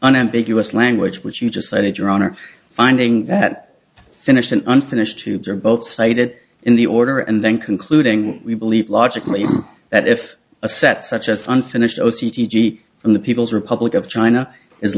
unambiguous language which you just cited your honor finding that finished an unfinished tubes or both cited in the order and then concluding we believe logically that if a set such as unfinished o c d g from the people's republic of china is